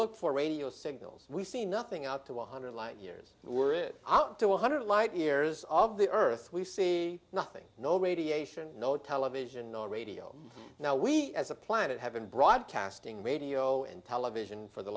look for radio signals we see nothing out to one hundred light years were it out to one hundred light years of the earth we see nothing no radiation no television no radio now we as a planet have been broadcasting radio and television for the